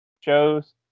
shows